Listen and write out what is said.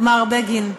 מר בגין,